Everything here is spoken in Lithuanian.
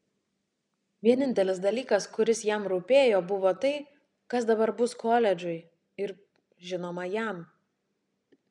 vienintelis dalykas kuris jam rūpėjo buvo tai kas dabar bus koledžui ir žinoma jam